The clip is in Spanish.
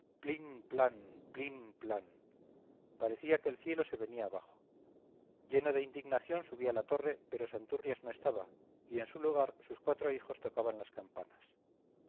plan plin plan parecía que el cielo se venía abajo lleno de indignación subí a la torre pero santurrias no estaba y en su lugar sus cuatro hijos tocaban las campanas